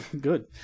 Good